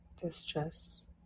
distress